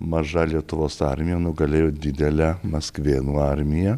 maža lietuvos armija nugalėjo didelę maskvėnų armiją